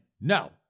no